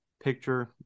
picture